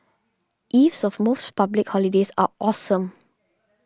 eves of most public holidays are awesome